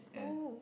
oh